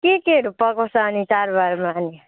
के केहरू पकाउँछ अनि चाडबाडमा अनि